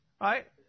right